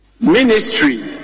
Ministry